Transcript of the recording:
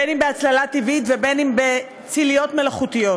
בין בהצללה טבעית ובין בצליות מלאכותיות,